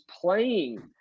playing